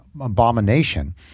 abomination